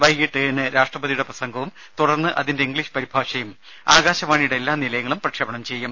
വൈകീട്ട് ഏഴിന് രാഷ്ട്രപതിയുടെ പ്രസംഗവും തുടർന്ന് അതിന്റെ ഇംഗ്ലീഷ് പരിഭാഷയും ആകാശവാണിയുടെ എല്ലാ നിലയങ്ങളും പ്രക്ഷേപണം ചെയ്യും